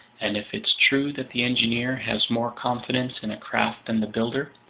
and if it's true that the engineer has more confidence in a craft than the builder,